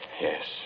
Yes